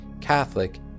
Catholic